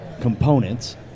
components